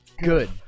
Good